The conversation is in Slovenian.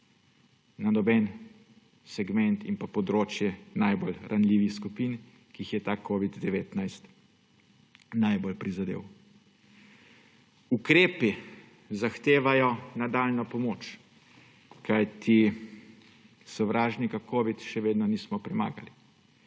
na noben segment in področje najbolj ranljivih skupin, ki jih je covid-19 najbolj prizadel. Ukrepi zahtevajo nadaljnjo pomoč, kajti sovražnika covid še vedno nismo premagali.